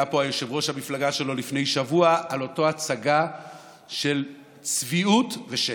היה פה יושב-ראש המפלגה שלו לפני שבוע באותה הצגה של צביעות ושקר,